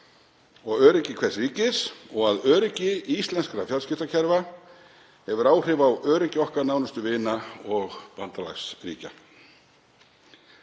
og vörnum hvers ríkis og að öryggi íslenskra fjarskiptakerfa hefur áhrif á öryggi okkar nánustu vina- og bandalagsríkja.